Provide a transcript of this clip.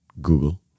Google